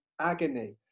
agony